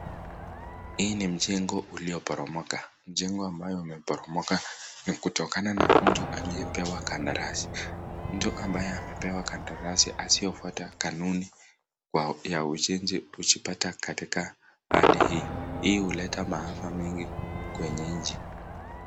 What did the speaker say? Hii ni mjengo ulioboromoka, mjengo ambayo imeboromoka ni kutokana na mtu aliyepewa kandarasi, mtu ambaye amepewa kandarasi asiyefuata kanuni ya ujenzi katika hali hii, hii uleta maafa mingi kwenye nchi.